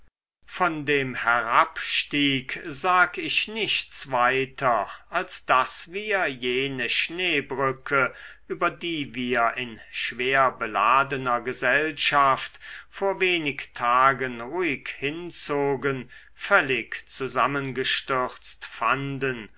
von dem herabstieg sag ich nichts weiter als daß jene schneebrücke über die wir in schwerbeladener gesellschaft vor wenig tagen ruhig hinzogen völlig zusammengestürzt fanden